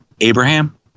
Abraham